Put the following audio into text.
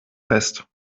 fest